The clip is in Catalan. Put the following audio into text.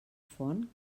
font